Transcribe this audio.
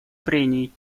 прений